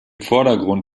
vordergrund